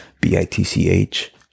B-I-T-C-H